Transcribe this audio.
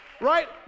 right